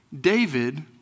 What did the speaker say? David